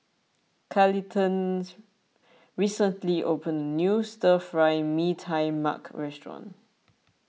Carleton's recently opened a new Stir Fry Mee Tai Mak restaurant